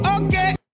okay